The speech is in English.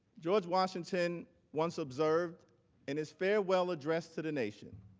george washington once observed in his farewell address to the nation